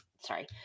sorry